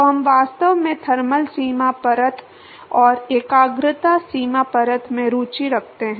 तो हम वास्तव में थर्मल सीमा परत और एकाग्रता सीमा परत में रुचि रखते हैं